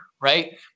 right